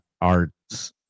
Arts